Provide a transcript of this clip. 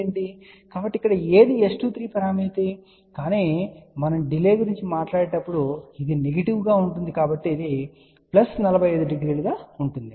కాబట్టి ఇక్కడ ఇది S23 పరామితి కానీ మనము డిలే గురించి మాట్లాడేటప్పుడు ఇది నెగెటివ్ గా ఉంటుంది కాబట్టి ఇది ప్లస్ 450 గా ఉంటుంది